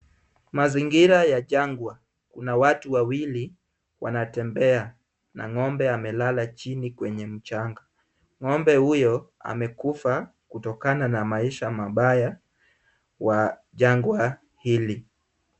Mazingira ya jangwa. Kuna watu wawili wanatembea na ng'ombe amelala chini kwenye mchanga. Ng'ombe huyo amekufa kutokana na maisha mabaya wa jangwa hili.